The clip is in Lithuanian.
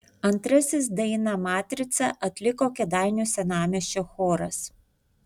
antrasis dainą matrica atliko kėdainių senamiesčio choras